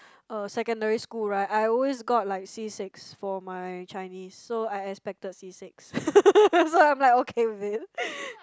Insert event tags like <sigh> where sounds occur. uh secondary school right I always got like C six for my Chinese so I expected C six <laughs> so I'm like okay with it